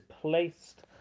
placed